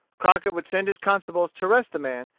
crockett would send his constables to arrest the man,